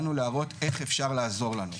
באנו להראות איך אפשר לעזור לנו,